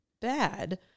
bad